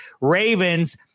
Ravens